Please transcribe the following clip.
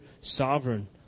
Sovereign